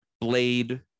Blade